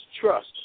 trust